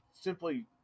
simply